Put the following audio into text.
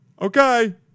Okay